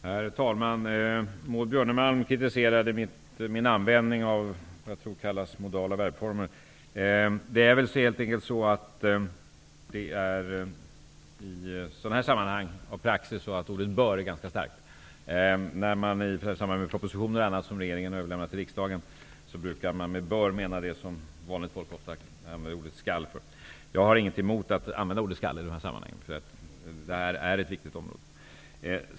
Herr talman! Maud Björnemalm kritiserade min användning av modala verbformer. Egentligen är väl i sådana här sammanhang ordet bör ganska starkt. I propositioner och annat som regeringen överlämnar till riksdagen brukar man med bör mena det som vanligt folk menar med skall. Jag har inget emot att använda skall i dessa sammanhang. Det är ju ett viktigt område.